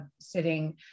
sitting